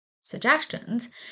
suggestions